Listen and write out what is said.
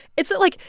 it's that, like,